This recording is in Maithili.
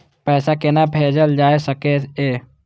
पैसा कोना भैजल जाय सके ये